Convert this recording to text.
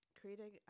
creating